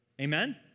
Amen